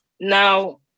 Now